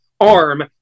arm